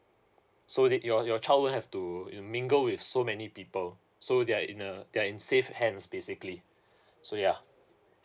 so it your your child won't have to mingle with so many people so they are in a they are in save hands basically so yeah